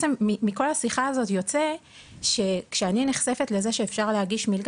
מכל השיחה הזאת יוצא שכשאני נחשפת לזה שאפשר להגיש בקשה למלגה